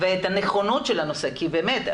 ואת הנכונות של הנושא כי באמת,